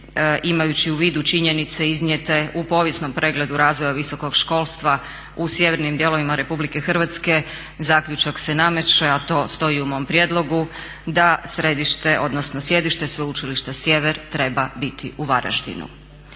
imajući u vidu činjenice iznijete u povijesnom pregledu razvoja visokog školstva u sjevernim dijelovima Republike Hrvatske, zaključak se nameće, a to stoji u mom prijedlogu da središte odnosno sjedište Sveučilišta Sjever treba biti u Varaždinu,